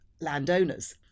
Landowners